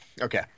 Okay